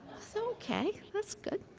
so okay, that's good.